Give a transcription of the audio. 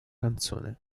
canzone